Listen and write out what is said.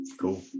Cool